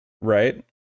right